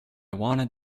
wanted